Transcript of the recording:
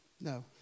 no